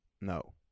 No